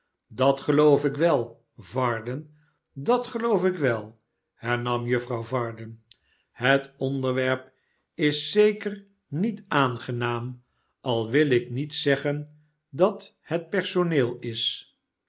dat geloof ik wel varden dat geloof ik wel hernam juffrouw varden ihet onderwerp is zeker niet aangenaam al wil ik niet zeggen dat het personeel is